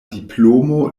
diplomo